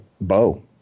Bo